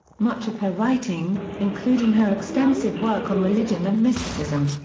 much of her writing, including her extensive work on religion and mysticism,